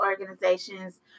organizations